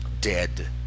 dead